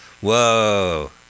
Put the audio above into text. Whoa